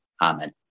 amen